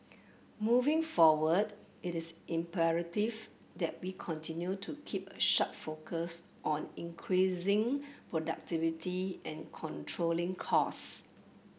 moving forward it is imperative that we continue to keep a sharp focus on increasing productivity and controlling costs